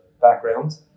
background